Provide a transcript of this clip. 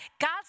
God's